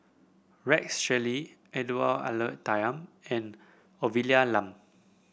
Rex Shelley Edwy Lyonet Talma and Olivia Lum